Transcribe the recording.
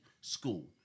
school